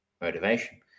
motivation